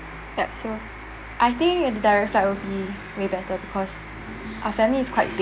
I think the direct flight will be way better because our family is quite big